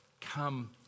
Come